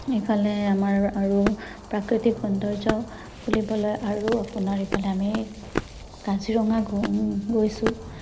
ইফালে আমাৰ আৰু প্ৰাকৃতিক সৌন্দৰ্য বুলিবলৈ আৰু আপোনাৰ ইফালে আমি কাজিৰঙা গৈছোঁ